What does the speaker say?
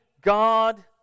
God